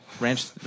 ranch